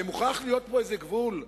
הרי מוכרח להיות פה איזה גבול.